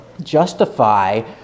justify